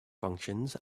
functions